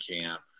camp